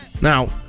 Now